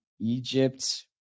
Egypt